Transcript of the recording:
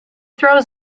throws